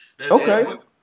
Okay